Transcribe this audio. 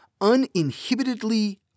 uninhibitedly